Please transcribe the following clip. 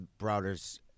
Browder's